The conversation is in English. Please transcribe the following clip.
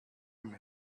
him